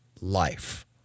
life